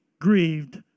grieved